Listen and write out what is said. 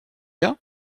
bien